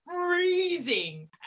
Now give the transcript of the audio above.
freezing